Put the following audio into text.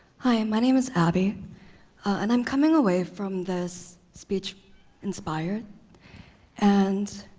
hi, my name is abby and i'm coming away from this speech inspired and,